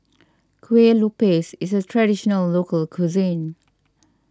Kueh Lupis is a Traditional Local Cuisine